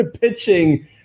pitching